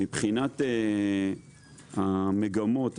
מבחינת המגמות,